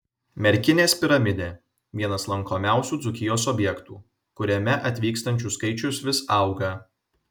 merkinės piramidė vienas lankomiausių dzūkijos objektų kuriame atvykstančių skaičius vis auga